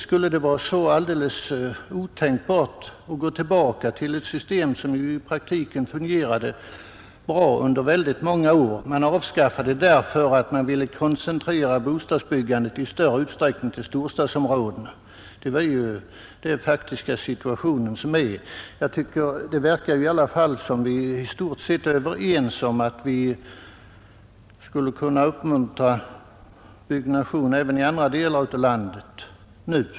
Skulle det vara alldeles otänkbart att gå tillbaka till ett system som i praktiken fungerade bra under många år? Man avskaffade det för att man ville koncentrera bostadsbyggandet i större utsträckning till storstadsområdena. Det var den faktiska situationen. Jag tycker det verkar i alla fall som om vi i stort sett är överens om att vi skulle kunna uppmuntra byggnation även i andra delar av landet nu.